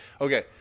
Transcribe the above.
Okay